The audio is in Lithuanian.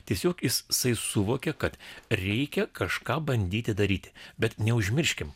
tiesiog jis jisai suvokė kad reikia kažką bandyti daryti bet neužmirškim